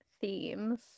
themes